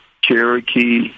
Cherokee